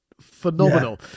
phenomenal